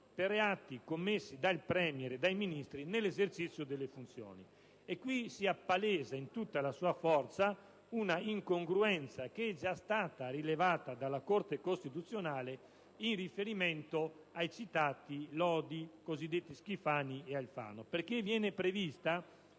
per reati commessi dal *Premier* e dai Ministri nell'esercizio delle funzioni. Qui si appalesa in tutta la sua forza un'incongruenza, che è già stata rilevata dalla Corte costituzionale in riferimento ai citati lodi cosiddetti Schifani e Alfano, perché viene prevista